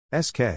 SK